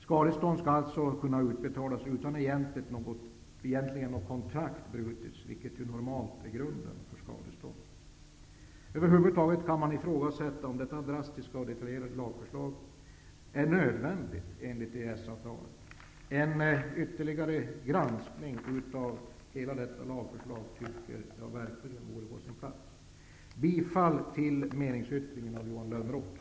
Skadestånd skall alltså kunna utbetalas utan att något kontrakt egentligen har brutits, vilket normalt är grunden för skadestånd. Man kan över huvud taget ifrågasätta om detta drastiska och detaljerade lagförslag är nödvändigt enligt EES-avtalet. En ytterligare granskning av hela detta lagförslag borde verkligen vara på sin plats. Jag yrkar bifall till meningsyttringen av Johan